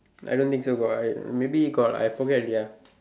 I don't think so got I maybe got I forgot already ah